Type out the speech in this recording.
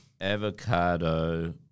avocado